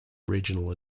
regional